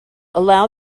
allow